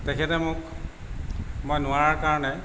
তেখেতে মোক মই নোৱাৰাৰ কাৰণে